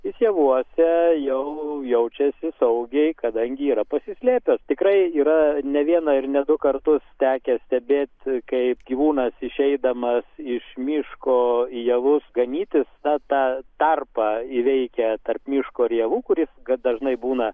jis javuose jau jaučiasi saugiai kadangi yra pasislėpęs tikrai yra ne vieną ir ne du kartus tekę stebėti kaip gyvūnas išeidamas iš miško į javus ganytis na tą tarpą įveikia tarp miško javų kuri gana dažnai būna